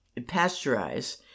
pasteurize